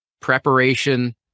preparation